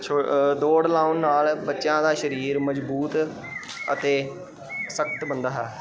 ਛੋ ਦੌੜ ਲਾਉਣ ਨਾਲ ਬੱਚਿਆਂ ਦਾ ਸਰੀਰ ਮਜ਼ਬੂਤ ਅਤੇ ਸਖਤ ਬਣਦਾ ਹੈ